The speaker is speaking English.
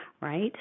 right